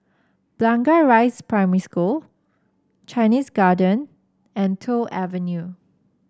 Blangah Rise Primary School Chinese Garden and Toh Avenue